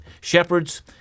shepherds